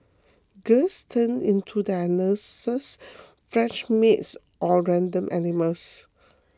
girls turn into their nurses French maids or random animals